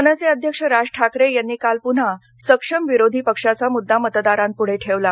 मनसे अध्यक्ष राज ठाकरे यांनी काल पुन्हा सक्षम विरोधी पक्षाचा मुद्दा मतदारांपुढे ठेवला